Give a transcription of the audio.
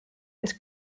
was